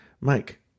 Mike